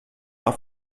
auf